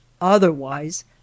Otherwise